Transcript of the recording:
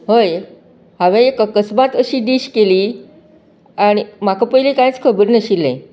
हय हांवेन एक अकस्मात अशी डीश केली आनी म्हाका पयली कांयच खबर नाशिल्ले